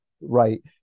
right